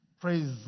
Praise